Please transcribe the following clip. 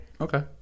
okay